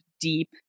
deep